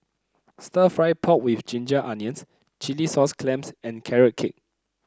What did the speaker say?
stir fry pork with Ginger Onions Chilli Sauce Clams and Carrot Cake